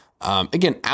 Again